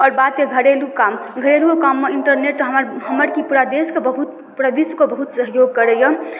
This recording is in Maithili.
आओर बात यऽ घरेलू काम घरेलू काममे इन्टरनेट हमर हमर कि पूरा देशके बहुत पूरा विश्वके बहुत सहयोग करइए